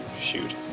shoot